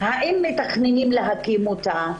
האם מתכננים להקים אותה,